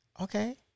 Okay